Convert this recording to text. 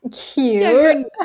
cute